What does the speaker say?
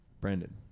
Brandon